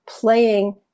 playing